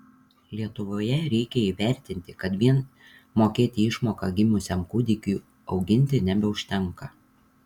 lietuvoje reikia įvertinti kad vien mokėti išmoką gimusiam kūdikiui auginti nebeužtenka